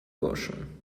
caution